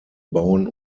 bauen